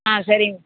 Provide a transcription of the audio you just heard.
ஆ சரிங்க